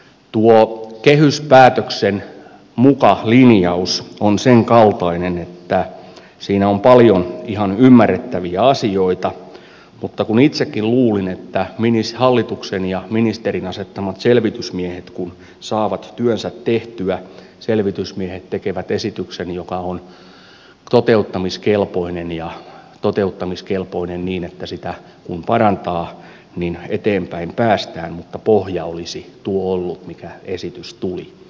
tuo kehyspäätöksen muka linjaus on sen kaltainen että siinä on paljon ihan ymmärrettäviä asioita mutta itsekin luulin että kun hallituksen ja ministerin asettamat selvitysmiehet saavat työnsä tehtyä selvitysmiehet tekevät esityksen joka on toteuttamiskelpoinen ja toteuttamiskelpoinen niin että sitä kun parantaa niin eteenpäin päästään mutta pohja olisi tuo ollut mikä esitys tuli